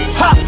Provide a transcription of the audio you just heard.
Ha